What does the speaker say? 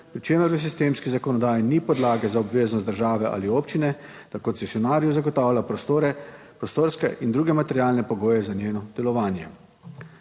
pri čemer v sistemski zakonodaji ni podlage za obveznost države ali občine, da koncesionarju zagotavlja prostore, prostorske in druge materialne pogoje za njeno delovanje.